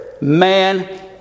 Man